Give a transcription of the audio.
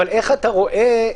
איך אתה רואה?